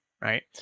Right